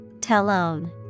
Talon